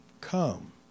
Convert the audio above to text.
come